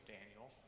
Daniel